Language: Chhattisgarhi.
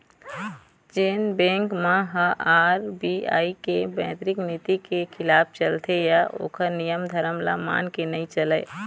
जेन बेंक मन ह आर.बी.आई के मौद्रिक नीति के खिलाफ चलथे या ओखर नियम धरम ल मान के नइ चलय